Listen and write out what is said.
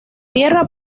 tierra